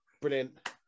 Brilliant